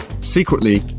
Secretly